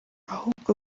ahubwo